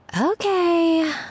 Okay